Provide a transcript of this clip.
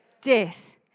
death